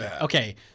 okay